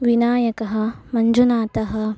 विनायकः मञ्जुनाथः